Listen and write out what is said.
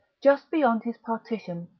just beyond his partition,